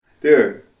dude